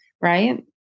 Right